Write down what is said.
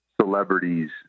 celebrities